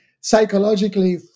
psychologically